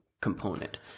component